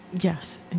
Yes